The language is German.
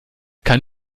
kann